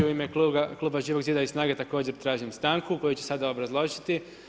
U ime Kluba Živog zida i SNAGA-e također tražim stanku koju ću sada obrazložiti.